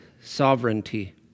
sovereignty